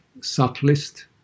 subtlest